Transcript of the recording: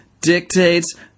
dictates